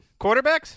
Quarterbacks